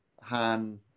Han